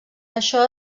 això